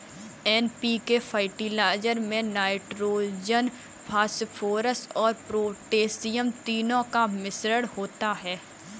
NPK fertiliser में nitrogen, phosphorus और potassium तीनों का मिश्रण होता है